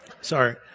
Sorry